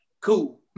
Cool